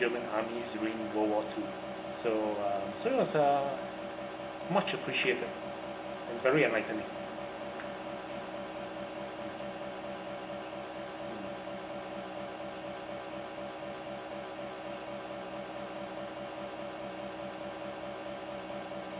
german armies during world war two so uh so it was a much appreciated and very enlightening